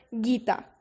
Gita